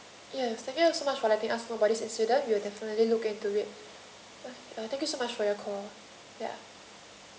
yes thank you so much for letting us incident we'll definitely look into it thank you so much for your call ya